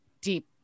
deep